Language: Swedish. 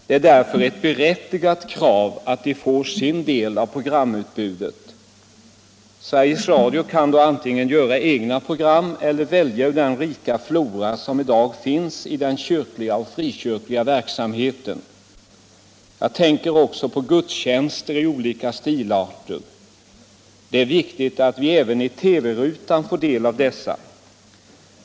Det är därför ett berättigat krav att de får sin del av programutbudet. Sveriges Radio kan då antingen göra egna program eller välja ur den rika flora som i dag finns i den kyrkliga och frikyrkliga verksamheten. Jag tänker också på gudstjänster i olika stilarter. Det är viktigt att vi även i TV-rutan får del av detta.